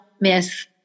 miss